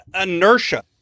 inertia